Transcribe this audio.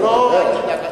לא, אל תדאג.